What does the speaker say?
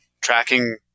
Tracking